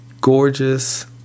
gorgeous